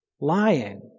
Lying